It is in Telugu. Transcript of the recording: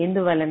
ఎందువలన